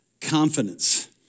confidence